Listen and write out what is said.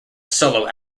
solo